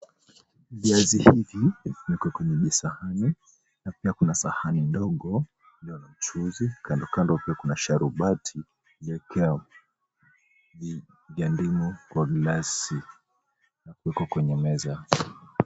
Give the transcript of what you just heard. Viazi hivi vimewekwa kwenye visahani na pia kuna sahani ndogo ilio na mchuzi. Kando kando pia kuna sharubati ya ndimu kwa glasi na kuwekwa kwenye meza.